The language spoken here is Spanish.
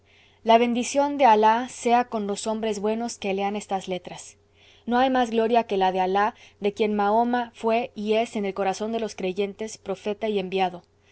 la bendición de alah sea con los hombres buenos que lean estas letras no hay más gloria que la de alah de quien mahoma fué y es en el corazón de los creyentes profeta y enviado